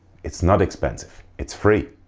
it's not expensive it's free.